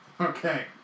Okay